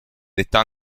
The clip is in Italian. detta